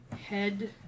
head